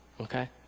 okay